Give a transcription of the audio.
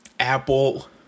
Apple